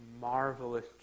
marvelous